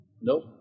Nope